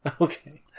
Okay